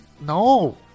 No